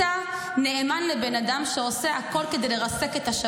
אתם על סיפו של עידן לראות את הכנסת בתמונות.